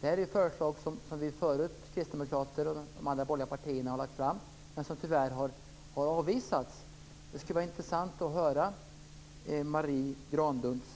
Det här är förslag som vi kristdemokrater och de andra borgerliga partierna förut har lagt fram men som tyvärr har avvisats. Det skulle vara intressant att höra Marie Granlunds